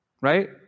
right